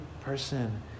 person